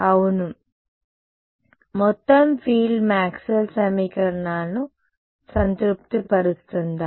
అవును మొత్తం field Maxwell సమీకరణాలను సంతృప్తి పరుస్తుందా